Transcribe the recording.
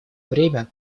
время